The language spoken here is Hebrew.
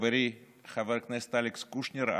לחברי חבר הכנסת אלכס קושניר,